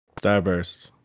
Starburst